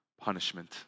punishment